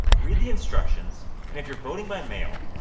read the instructions and, if you're voting by mail,